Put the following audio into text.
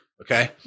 Okay